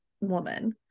woman